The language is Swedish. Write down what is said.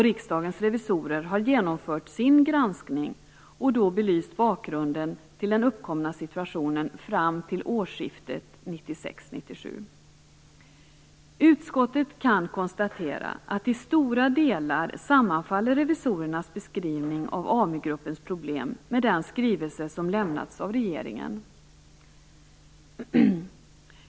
Riksdagens revisorer har genomfört sin granskning och då belyst bakgrunden till den uppkomna situationen fram till årsskiftet 1996/97. Utskottet kan konstatera att i stora delar sammanfaller revisorernas beskrivning av AmuGruppens problem med den skrivelse som har lämnats av regeringen.